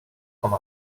com